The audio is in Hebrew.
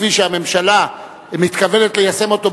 כפי שהממשלה מתכוונת ליישם אותו,